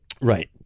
Right